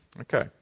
Okay